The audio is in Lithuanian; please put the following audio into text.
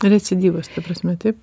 recidyvas ta prasme taip